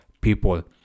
people